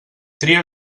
tria